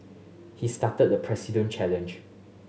he started the President challenge